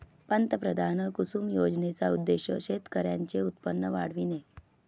पंतप्रधान कुसुम योजनेचा उद्देश शेतकऱ्यांचे उत्पन्न वाढविणे